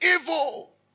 Evil